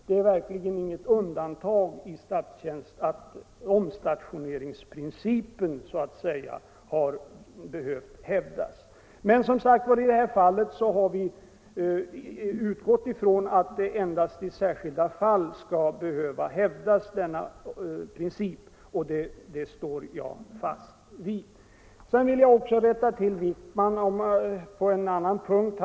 Det är inget undantag i statstjänst att omstationeringsprincipen behövt hävdas. Men den här gången har vi utgått från att denna princip endast skall behöva hävdas i särskilda fall, och det står jag fast vid. Jag vill också rätta herr Wijkman på en annan punkt.